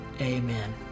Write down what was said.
Amen